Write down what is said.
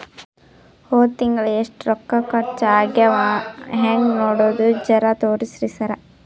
ಹೊದ ತಿಂಗಳ ಎಷ್ಟ ರೊಕ್ಕ ಖರ್ಚಾ ಆಗ್ಯಾವ ಹೆಂಗ ನೋಡದು ಜರಾ ತೋರ್ಸಿ ಸರಾ?